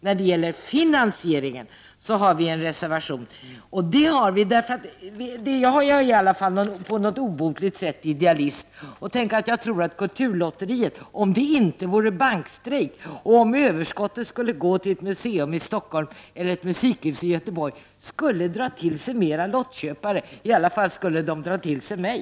När det gäller finansieringen har vi en reservation. Jag är i alla fall på ett obotligt sätt idealist. Tänk, jag tror att kulturlotteriet, om det inte var bankstrejk och om överskottet skulle gå till ett museum i Stockholm eller ett musikhus i Göteborg, skulle dra till sig fler lottköpare. I varje fall skulle det dra till sig mig.